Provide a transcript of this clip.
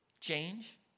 change